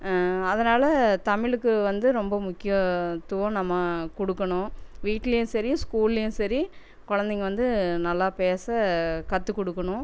அதனால் தமிழுக்கு வந்து ரொம்ப முக்கியத்துவம் நம்ம கொடுக்கணும் வீட்டிலியும் சரி ஸ்கூல்லேயும் சரி குழந்தைங்க வந்து நல்லா பேச கத்துக்கொடுக்கணும்